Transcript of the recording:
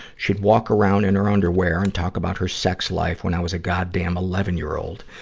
she'd walked around in her underwear and talk about her sex life when i was a goddamn eleven year old!